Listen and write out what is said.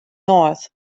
north